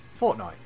Fortnite